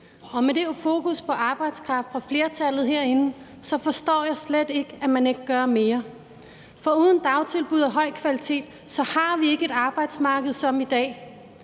og med det fokus på arbejdskraft, som flertallet har herinde, forstår jeg slet ikke, at man ikke gør mere, for uden dagtilbud af høj kvalitet har vi ikke et arbejdsmarked som i dag.